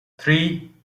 three